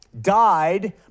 died